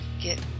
get